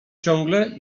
ciągle